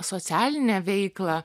socialinę veiklą